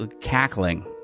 cackling